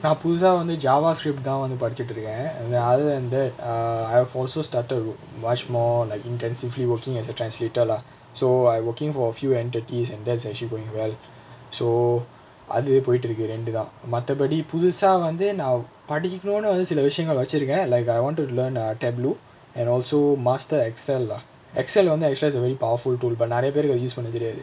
நா புதுசா வந்து:naa puthusaa vanthu javascript தா வந்து படிச்சிட்டு இருக்க:thaa vanthu padichittu irukka other than that err I have also started to watch more like intensively working as a translator lah so I working for a few entities and that's actually going well so அது போய்ட்டு இருக்கு ரெண்டுதா மத்தபடி புதுசா வந்து:athu poitu irukku renduthaa mathapadi puthusaa vanthu now படிக்கனுன்னு வந்து சில விஷயங்கள் வச்சிருக்க:padikanunnu vanthu sila vishayangal vachirukka like I wanted to learn uh taboo and also master excel lah excel வந்து:vanthu actual ah is a very powerful tool but நிறைய பேருக்கு அது:niraiya perukku athu use பண்ண தெரியாது:panna theriyaathu